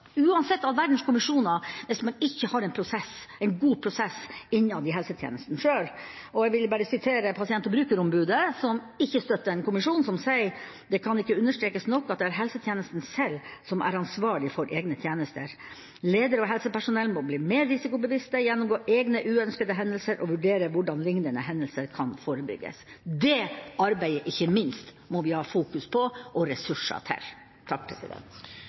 uansett all verdens kommisjoner hvis man ikke har en god prosess innad i helsetjenesten selv, og jeg vil bare sitere pasient- og brukerombudet, som ikke støtter en kommisjon, som sier: «Det kan ikke understrekes nok at det er helsetjenesten selv som er ansvarlig for egne tjenester. Ledere og helsepersonell må bli mer risikobevisste, gjennomgå egne uønskede hendelser og vurdere hvordan lignende hendelser kan forebygges.» Det arbeidet, ikke minst, må vi ha fokus på og ressurser til.